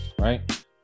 right